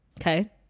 Okay